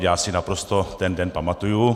Já si naprosto ten den pamatuji.